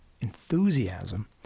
enthusiasm